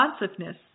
responsiveness